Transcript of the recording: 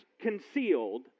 concealed